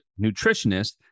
nutritionist